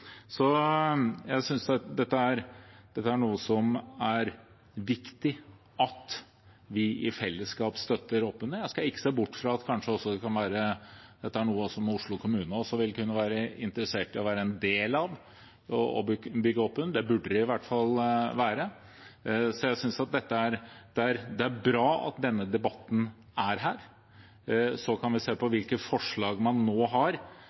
er viktig at vi i fellesskap støtter opp under. Jeg ser ikke bort fra at dette kanskje er noe Oslo kommune vil kunne være interessert i å være en del av og bygge opp under – det burde det i hvert fall være. Jeg synes det er bra at denne debatten er her. Så kan vi se på hvilke forslag man nå har